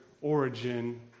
origin